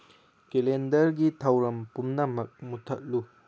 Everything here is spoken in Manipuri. ꯀꯦꯂꯦꯟꯗꯔꯒꯤ ꯊꯧꯔꯝ ꯄꯨꯝꯅꯃꯛ ꯃꯨꯊꯠꯂꯨ